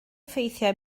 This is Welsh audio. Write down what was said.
ffeithiau